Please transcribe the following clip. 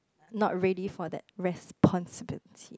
not ready for that responsibility